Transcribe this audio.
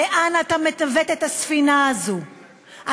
לאן אתה מנווט את הספינה הזאת?